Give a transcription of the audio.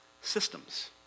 systems